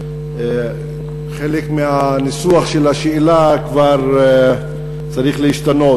וחלק מהניסוח של השאלה כבר צריך להשתנות.